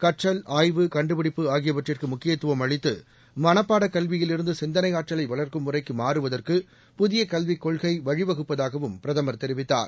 கற்றல் ஆய்வு கண்டுபிடிப்பு ஆகியவற்றுக்கு முக்கியத்துவம் அளித்து மனப்பாடக் கல்வியிலிருந்து சிந்தனை ஆற்றலை வளர்க்கும் முறைக்கு மாறுவதற்கு புதிய கல்விக் கொள்கை வழிவகுப்பதாகவும் பிரதமர் தெரிவித்தார்